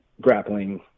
grappling